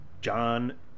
John